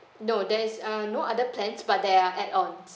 no there is uh no other plans but there are add ons